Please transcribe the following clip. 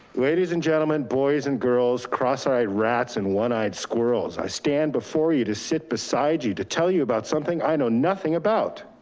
ladies and gentlemen, boys and girls, cross-eyed rats and one-eyed squirrels. i stand before you to sit beside you to tell you about something i know nothing about.